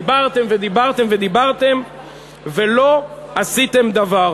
דיברתם ודיברתם ודיברתם ולא עשיתם דבר.